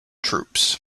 troops